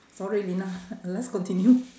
sorry lina let's continue